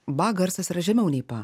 ba garsas yra žemiau nei pa